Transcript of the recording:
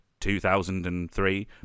2003